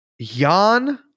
Jan